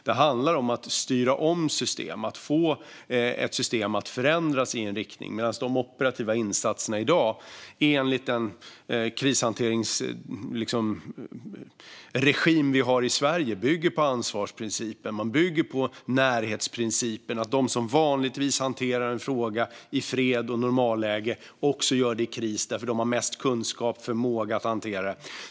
Det handlar om att styra om system och få dem att förändras i en riktning, medan de operativa insatserna i dag enligt den krishanteringsregim vi har i Sverige bygger på ansvarsprincipen och närhetsprincipen. De som vanligtvis hanterar en fråga i fred och normalläge gör det även i kris, eftersom de har mest kunskap och förmåga att hantera det.